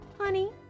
Honey